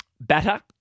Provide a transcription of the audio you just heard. batter